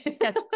Yes